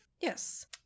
Yes